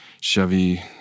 Chevy